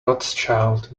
rothschild